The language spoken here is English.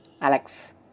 Alex